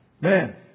Man